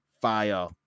Fire